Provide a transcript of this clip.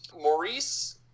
Maurice